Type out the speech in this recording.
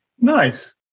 Nice